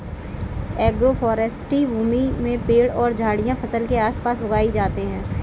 agroforestry भूमि में पेड़ और झाड़ियाँ फसल के आस पास उगाई जाते है